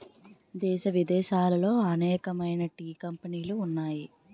దేశ విదేశాలలో అనేకమైన టీ కంపెనీలు ఉన్నాయి